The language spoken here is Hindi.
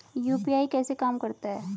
यू.पी.आई कैसे काम करता है?